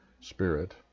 spirit